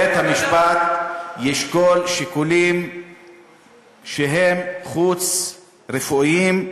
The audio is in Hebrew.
בית-המשפט ישקול שיקולים שהם חוץ-רפואיים,